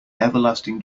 everlasting